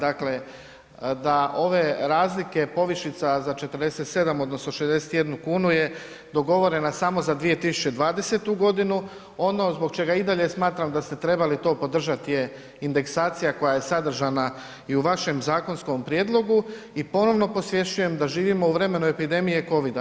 Dakle, da ove razlike povišica za 47,00 odnosno 61,00 kn je dogovorena samo za 2020.g. Ono zbog čega i dalje smatram da ste trebali to podržat je indeksacija koja je sadržana i u vašem zakonskom prijedlogu i ponovno posvješćujem da živimo u vremenu epidemije COVID-a.